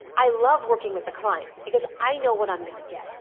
i love working with the client, because i know what i'm going to get.